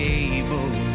able